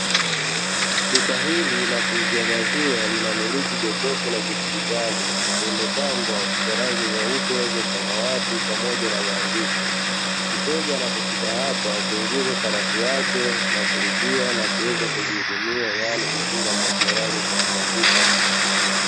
Duka hili la kuuzia maziwa linamiliki jokofu la kidigitali lililopambwa kwa rangi nyeupe za samawati pamoja na maandishi, mteja anapofika hapa kuingiza sarafu yake na kulipia na kuweza kujihudumia yaani kukinga maziwa yake katika chupa.